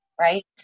right